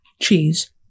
cheese